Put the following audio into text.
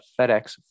fedex